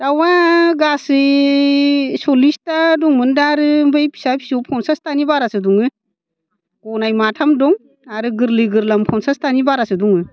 दाउआ गासै सल्लिसता दंमोन दा आरो ओमफ्राय फिसा फिसौ पन्सासतानि बारासो दङ गनाय माथाम दं आरो गोरलै गोरलाम पन्सासतानि बारासो दङ